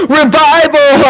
revival